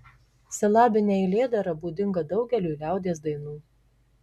silabinė eilėdara būdinga daugeliui liaudies dainų